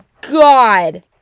god